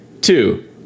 two